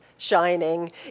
Shining